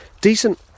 decent